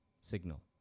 signal